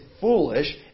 foolish